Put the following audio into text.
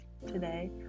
today